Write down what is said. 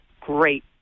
great